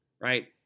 right